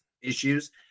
issues